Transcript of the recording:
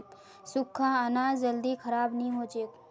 सुख्खा अनाज जल्दी खराब नी हछेक